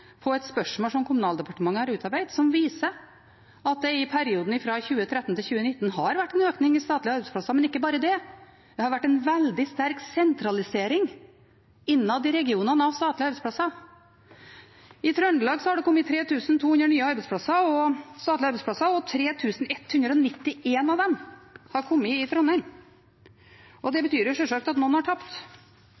på et spørsmål som Kommunaldepartementet har utarbeidet, som viser at det i perioden fra 2013 til 2019 har vært en økning i statlige arbeidsplasser, men ikke bare det, det har vært en veldig sterk sentralisering av statlige arbeidsplasser innad i regionene. I Trøndelag har det kommet 3 200 nye statlige arbeidsplasser, og 3 191 av dem har kommet i Trondheim. Det betyr sjølsagt at noen har tapt. Og da er det